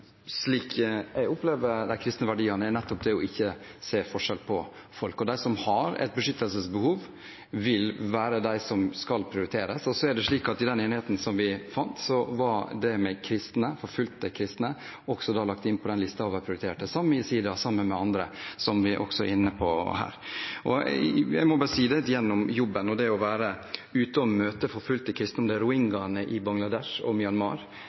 slik jeg opplever de kristne verdiene, er nettopp det å ikke se forskjell på folk. De som har et beskyttelsesbehov, vil være de som skal prioriteres. I den enigheten vi fant, var forfulgte kristne lagt inn på lista over prioriterte, sammen med jesidier og andre, som vi også er inne på her. Gjennom jobben har jeg vært ute og møtt forfulgte kristne og rohingyaene i Bangladesh og